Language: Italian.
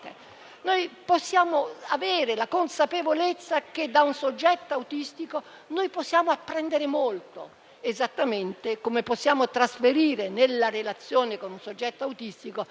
Noi possiamo avere la consapevolezza che da un soggetto autistico possiamo apprendere molto, esattamente come possiamo trasferire nella relazione con un soggetto autistico tutta l'umanità